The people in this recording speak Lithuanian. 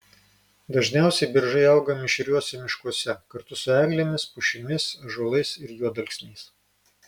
dažniausiai beržai auga mišriuose miškuose kartu su eglėmis pušimis ąžuolais juodalksniais